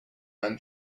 man